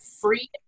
free